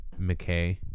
McKay